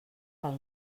pel